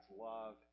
love